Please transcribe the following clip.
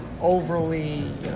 overly